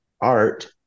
art